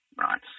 right